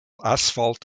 asphalt